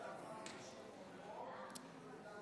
האומר דבר בשם אומרו מביא גאולה לעולם.